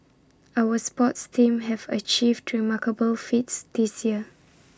our sports teams have achieved remarkable feats this year